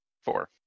four